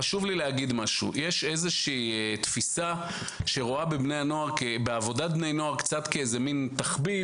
חשוב לי להגיד שיש איזושהי תפיסה שרואה בעבודת בני נוער קצת תחביב